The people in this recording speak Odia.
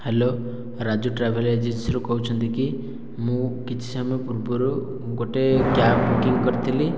ହ୍ୟାଲୋ ରାଜୁ ଟ୍ରାଭେଲ ଏଜେନ୍ସିରୁ କହୁଛନ୍ତିକି ମୁଁ କିଛି ସମୟ ପୂର୍ବରୁ ଗୋଟିଏ କ୍ୟାବ୍ ବୁକିଂ କରିଥିଲି